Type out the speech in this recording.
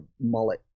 mullet